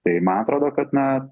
tai man atrodo kad na